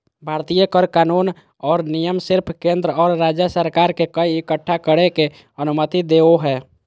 भारतीय कर कानून और नियम सिर्फ केंद्र और राज्य सरकार के कर इक्कठा करे के अनुमति देवो हय